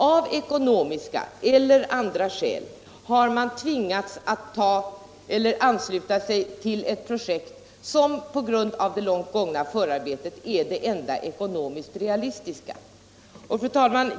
Av ekonomiska eller andra skäl har man tvingats ansluta sig till ett projekt som på grund av det långt gångna förarbetet är det enda ekonomiskt realistiska. Fru talman!